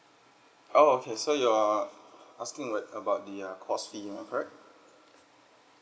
oh okay so you're asking right about the uh course fee am I correct